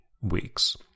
weeks